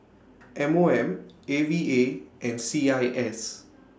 M O M A V A and C I S